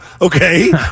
Okay